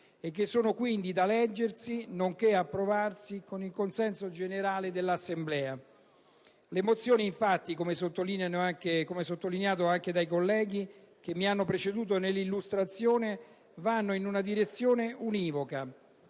e che sono quindi da leggersi, nonché approvarsi, con il consenso generale dell'Assemblea. Le mozioni infatti, come sottolineato anche dai colleghi che mi hanno preceduto nell'illustrazione, vanno in una direzione univoca: